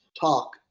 talk